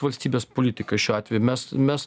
valstybės politika šiuo atveju mes mes